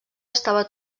estava